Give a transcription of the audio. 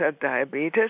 diabetes